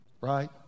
right